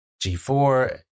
G4